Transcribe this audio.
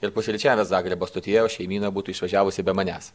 ir pusryčiavęs zagrebo stotyje o šeimyna būtų išvažiavusi be manęs